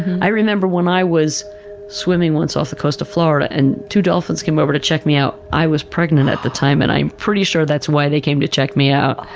i remember when i was swimming once off the coast of florida, and two dolphins came over to check me out. i was pregnant at the time and i'm pretty sure that's why they came to check me out,